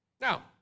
Now